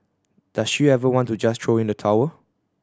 does she ever want to just throw in the towel